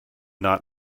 not